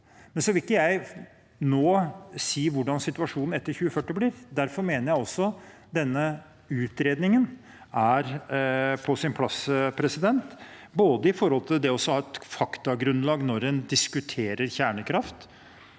Så vil ikke jeg nå si hvordan situasjonen etter 2040 blir. Derfor mener jeg at denne utredningen er på sin plass, for å ha et faktagrunnlag når en diskuterer kjernekraft,